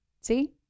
See